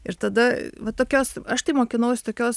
ir tada va tokios aš tai mokinausi tokios